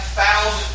found